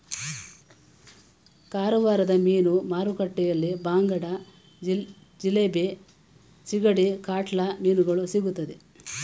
ಕಾರವಾರದ ಮೀನು ಮಾರುಕಟ್ಟೆಯಲ್ಲಿ ಬಾಂಗಡ, ಜಿಲೇಬಿ, ಸಿಗಡಿ, ಕಾಟ್ಲಾ ಮೀನುಗಳು ಸಿಗುತ್ತದೆ